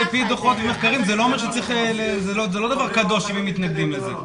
דוחות ומחקרים וזה לא אומר שזה לא דבר קדוש אם הם מתנגדים לזה.